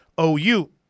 ou